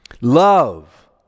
Love